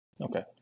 Okay